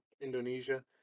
Indonesia